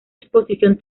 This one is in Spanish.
exposición